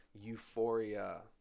euphoria